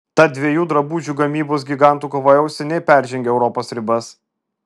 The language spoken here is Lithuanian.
tad dviejų drabužių gamybos gigantų kova jau seniai peržengė europos ribas